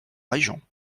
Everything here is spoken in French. région